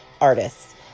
artists